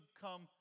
come